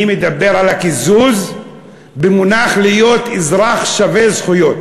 אני מדבר על הקיזוז במונח של להיות אזרח שווה זכויות.